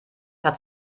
hat